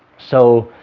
so